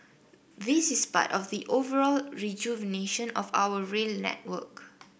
this is part of the overall rejuvenation of our rail network